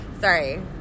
Sorry